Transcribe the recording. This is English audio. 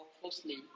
closely